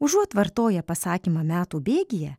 užuot vartoję pasakymą metų bėgyje